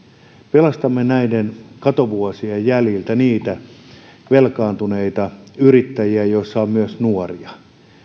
pelastamme näiden katovuosien jäljiltä velkaantuneita yrittäjiä joissa on myös nuoria